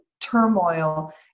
turmoil